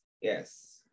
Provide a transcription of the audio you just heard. Yes